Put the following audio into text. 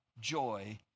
joy